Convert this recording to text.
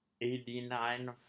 eighty-nine